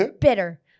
bitter